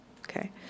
okay